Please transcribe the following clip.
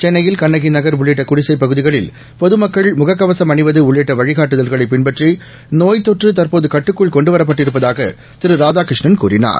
சென்னையில் கண்ணகி நகர் உள்ளிட்ட குடிசைப்பகுதிகளில் பொதுமக்கள் முகக்கவசம் அணிவது உள்ளிட்ட வழிகாட்டுதல்களை பின்பற்றி நோய்த் தொற்று தற்போது கட்டுக்குள் கொண்டுவரப்பட்டிருப்பதாக திரு ராதாகிருஷ்ணன் கூறினார்